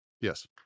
Yes